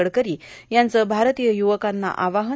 गडकरी यांचं भारतीय युवकांना आवाहन